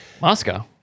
Moscow